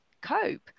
cope